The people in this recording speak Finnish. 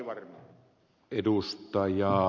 arvoisa herra puhemies